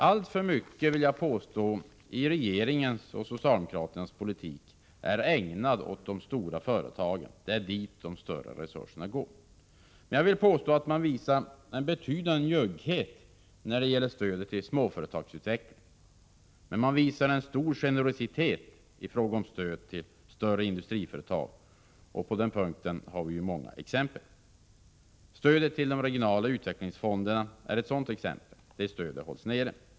Alltför mycket, anser jag, i regeringens och socialdemokraternas politik är ägnat åt de stora företagen. Det är dit de stora resurserna går. Jag vill påstå att man visar en betydande njugghet när det gäller stödet till småföretagsutvecklingen men visar stor generositet i fråga om stöd till större industriföretag. På den punkten har vi många exempel. Stödet till de regionala utvecklingsfonderna är ett sådant exempel — det stödet hålls nere.